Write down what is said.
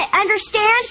Understand